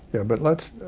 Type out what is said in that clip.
yeah, but let's